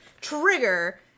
trigger